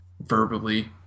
verbally